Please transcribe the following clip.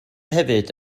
hefyd